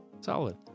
solid